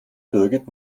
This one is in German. birgit